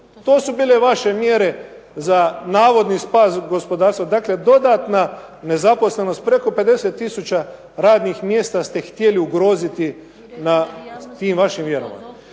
To su bile vaše mjere za navodni spas gospodarstva. Dakle, dodatna nezaposlenost. Preko 50000 radnih mjesta ste htjeli ugroziti na tim vašim vjerovanjima.